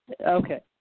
Okay